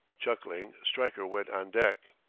chuckling, stryker went on deck.